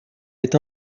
est